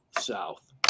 south